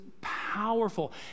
powerful